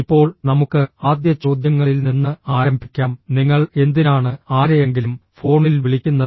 ഇപ്പോൾ നമുക്ക് ആദ്യ ചോദ്യങ്ങളിൽ നിന്ന് ആരംഭിക്കാം നിങ്ങൾ എന്തിനാണ് ആരെയെങ്കിലും ഫോണിൽ വിളിക്കുന്നത്